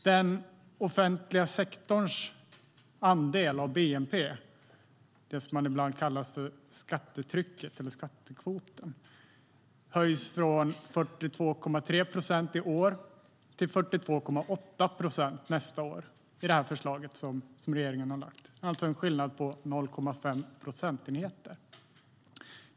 Den offentliga sektorns andel av bnp, det som ibland kallas för skattetrycket eller skattekvoten, höjs från 42,3 procent i år till 42,8 procent nästa år enligt det förslag som regeringen lagt fram. Det är alltså en skillnad på 0,5 procentenheter.